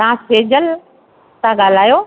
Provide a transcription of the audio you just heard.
तव्हां सेजल था ॻाल्हायो